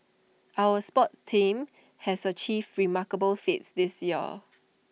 our sports teams has achieved remarkable feats this year